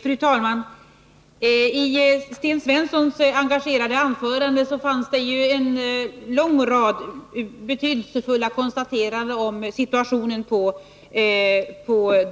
Fru talman! I Sten Svenssons engagerade anförande fanns det en lång rad betydelsefulla konstateranden om situationen på